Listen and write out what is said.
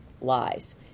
lies